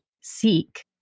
seek